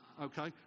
okay